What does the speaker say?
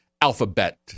Alphabet